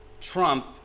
Trump